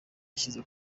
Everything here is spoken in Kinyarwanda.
yashyize